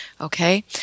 Okay